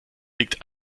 liegt